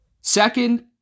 Second